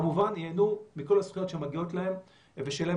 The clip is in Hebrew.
כמובן ייהנו מכל הזכויות שמגיעות להם ושתהיה להם